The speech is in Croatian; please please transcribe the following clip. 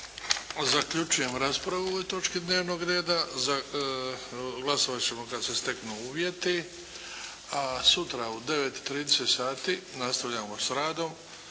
Zaključujem raspravu o ovoj točci dnevnog reda. Glasovat ćemo kad se steknu uvjeti. A sutra u 9 i 30 sati nastavljamo s radom